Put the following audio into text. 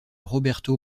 roberto